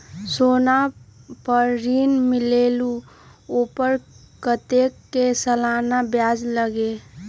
सोना पर ऋण मिलेलु ओपर कतेक के सालाना ब्याज लगे?